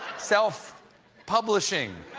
self publishing?